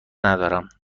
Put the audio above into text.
ندارم